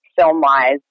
film-wise